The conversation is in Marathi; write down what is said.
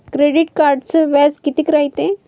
क्रेडिट कार्डचं व्याज कितीक रायते?